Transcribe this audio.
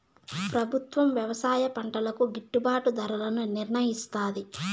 ప్రభుత్వం వ్యవసాయ పంటలకు గిట్టుభాటు ధరలను నిర్ణయిస్తాది